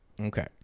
Okay